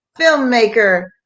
filmmaker